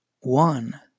one